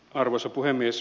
arvoisa puhemies